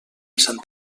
sant